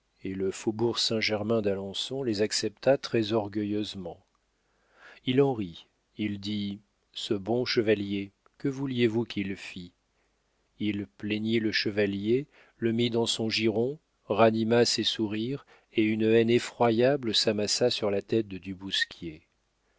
et le faubourg saint-germain d'alençon les accepta très orgueilleusement il en rit il dit ce bon chevalier que vouliez-vous qu'il fît il plaignit le chevalier le mit dans son giron ranima ses sourires et une haine effroyable s'amassa sur la tête de du bousquier